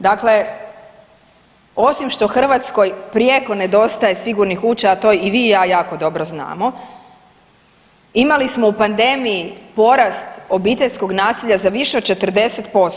Dakle, osim što Hrvatskoj prijeko nedostaje sigurnih kuća, a to i vi i ja jako dobro znamo imali smo u pandemiji porast obiteljskog nasilja za više od 40%